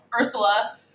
Ursula